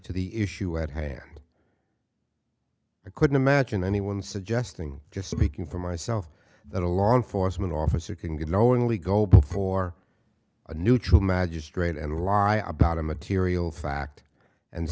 to the issue at hand i couldn't imagine anyone suggesting just speaking for myself that a law enforcement officer can get knowingly go before a neutral magistrate and lie about a material fact and